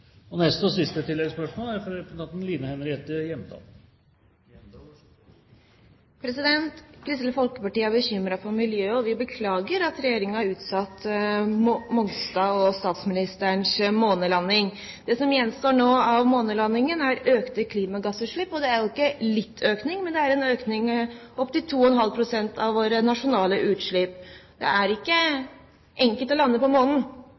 Line Henriette Hjemdal – til oppfølgingsspørsmål. Kristelig Folkeparti er bekymret for miljøet, og vi beklager at Regjeringen har utsatt Mongstad og statsministerens månelanding. Det som nå gjenstår av månelandingen, er økte klimagassutslipp – og det er jo ikke en liten økning, men det er en økning opp til 2,5 pst. av våre nasjonale utslipp. Det er ikke enkelt å lande på